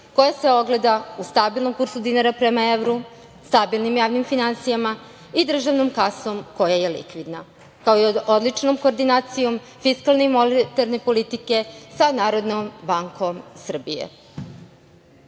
koja se ogleda u stabilnom kursu dinara prema evru, stabilnim javnim finansijama i državnom kasom koja je likvidna, kao i odličnom koordinacijom fiskalne monetarne politike sa Narodnom bankom Srbije. Kako